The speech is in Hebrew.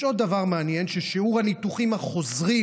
יש עוד דבר מעניין: שיעור הניתוחים החוזרים